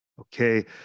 okay